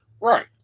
right